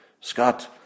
Scott